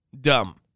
Dumb